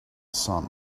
sun